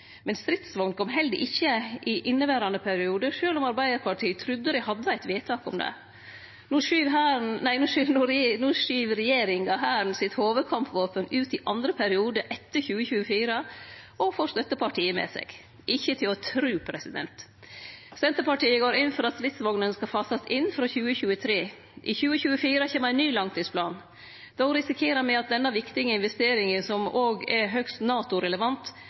Men stridsvogner kom det heller ikkje i inneverande periode, sjølv om Arbeidarpartiet trudde dei hadde eit vedtak om det. No skyv regjeringa hovudkampvåpenet til Hæren ut i andre periode, etter 2024, og får støttepartia med seg. Det er ikkje til å tru. Senterpartiet går inn for at stridsvognene skal fasast inn frå 2023. I 2024 kjem ein ny langtidsplan, og då risikerer me at denne viktige investeringa, som òg er høgst